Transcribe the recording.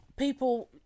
People